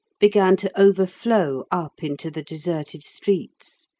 began to overflow up into the deserted streets,